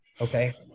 okay